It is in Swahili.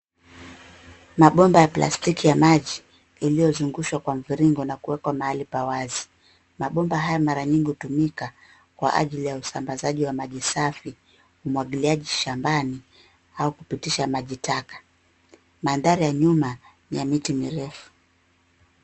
Mabomba ya plastiki ya maji iliyozungushwa kwa mviringo na kuwekwa mahali pa wazi mabomba haya mara nyingi hutumika kwa ajili ya usambazaji wa maji safi umwagiliaji shambani au kupitisha maji taka mandhari ya nyuma ni ya miti mirefu